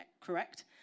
Correct